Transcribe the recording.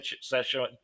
session